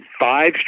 five